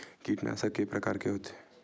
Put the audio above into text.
कीटनाशक के प्रकार के होथे?